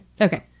Okay